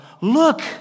look